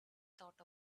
thought